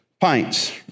pints